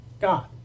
God